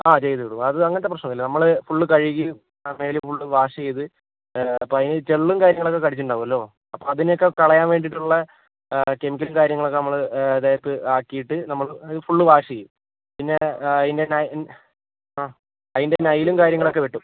ആ ചെയ്ത് വിടും അത് അങ്ങനത്തെ പ്രശ്നമൊന്നുമില്ല നമ്മൾ ഫുൾ കഴുകി മേല് ഫുള്ള് വാഷ് ചെയ്ത് അപ്പോൾ അതിന് ചെള്ളും കാര്യങ്ങളൊക്കെ കടിച്ചിട്ടുണ്ടാവുമല്ലോ അപ്പോൾ അതിനെയൊക്കെ കളയാൻ വേണ്ടിയിട്ടുള്ള കെമിക്കലും കാര്യങ്ങളുമൊക്കെ നമ്മൾ ദേഹത്തു ആക്കിയിട്ട് നമ്മള് ഫുള്ള് വാഷ് ചെയ്യും പിന്നെ അതിന്റെ നെയിലും കാര്യങ്ങളുമൊക്കെ വെട്ടും